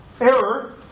Error